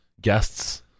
guests